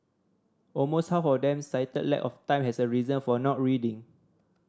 almost half of them cited lack of time as a reason for not reading